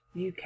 UK